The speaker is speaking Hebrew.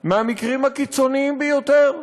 מהמקרים הקיצוניים ביותר.